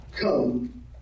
come